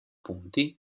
punti